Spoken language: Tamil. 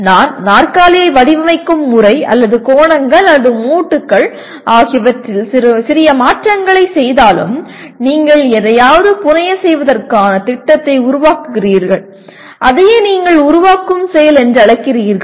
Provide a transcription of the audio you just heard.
நான் நாற்காலியை வடிவமைக்கும் முறை அல்லது கோணங்கள் அல்லது மூட்டுகள் ஆகியவற்றில் சிறிய மாற்றங்களைச் செய்தாலும் நீங்கள் எதையாவது புனையச் செய்வதற்கான திட்டத்தை உருவாக்குகிறீர்கள் அதையே நீங்கள் உருவாக்கும் செயல் என்று அழைக்கிறீர்கள்